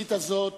עשית זאת